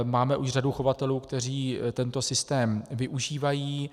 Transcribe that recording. Máme už řadu chovatelů, kteří tento systém využívají.